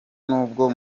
nubwo